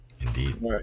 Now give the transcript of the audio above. indeed